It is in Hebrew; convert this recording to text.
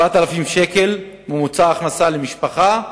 4,000 שקל ממוצע ההכנסה למשפחה,